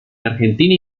argentina